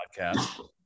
podcast